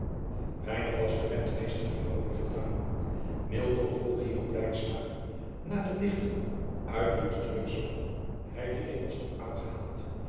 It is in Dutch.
einig was de entmeester hierover voldaan vroeg hierop na den ichter uit wiens treurspel hij die regels had aangehaald